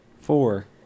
Four